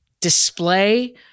display